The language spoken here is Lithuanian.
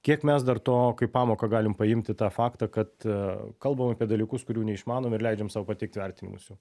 kiek mes dar to kaip pamoką galim paimti tą faktą kad kalbam apie dalykus kurių neišmanom ir leidžiam sau pateikt vertinimus jų